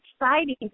exciting